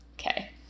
Okay